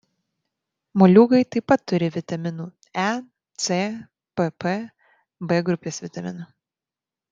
moliūgai taip pat turi vitaminų e c pp b grupės vitaminų